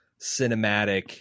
cinematic